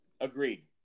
Agreed